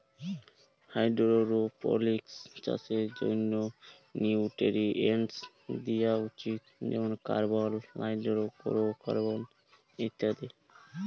hydroponics চাষের জ্যনহে nutrients দিয়া উচিত যেমল কার্বল, হাইডোরোকার্বল ইত্যাদি